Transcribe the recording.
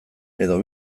edo